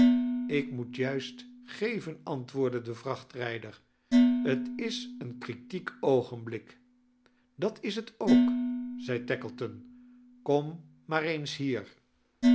ik moet juist geven aritwoordde de vrachtrijder t is een kriiiek oogenblik dat is het oak zei tackleton kom maar eens hier